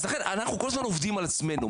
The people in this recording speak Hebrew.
אנחנו כל הזמן עובדים על עצמנו,